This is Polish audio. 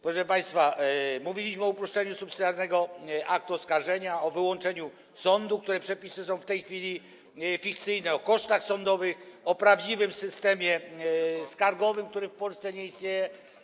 Proszę państwa, mówiliśmy o uproszczeniu subsydiarnego aktu oskarżenia, o wyłączeniu sądu, te przepisy są w tej chwili fikcyjne, o kosztach sądowych, o prawdziwym systemie skargowym, który w Polsce nie istnieje.